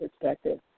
perspective